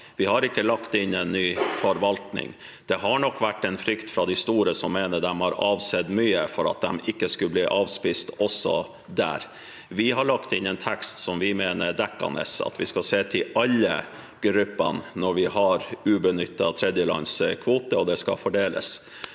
Vi har ikke lagt inn en ny forvaltning. Det har nok vært en frykt fra de store, som mener at de har avsett mye for at de ikke skulle bli avspist, også der. Vi har lagt inn en tekst vi mener er dekkende – at vi skal se til alle gruppene når vi har ubenyttede tredjelandskvoter, og det skal fordeles